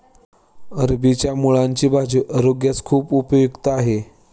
अरबीच्या मुळांची भाजी आरोग्यास खूप उपयुक्त आहे